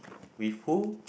with who